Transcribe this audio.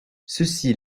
ceci